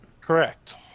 correct